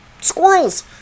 squirrels